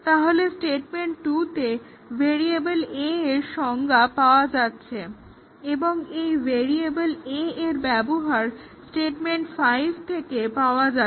তাহলে স্টেটমেন্ট 2 তে variable a এর সংজ্ঞা পাওয়া যাচ্ছে এবং এই ভেরিয়েবল a এর ব্যবহার স্টেটমেন্ট 5 থেকে পাওয়া যাচ্ছে